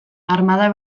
armada